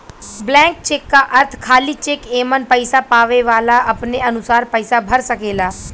blank cheque क अर्थ खाली चेक एमन पैसा पावे वाला अपने अनुसार पैसा भर सकेला